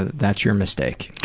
that's your mistake.